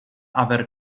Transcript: aver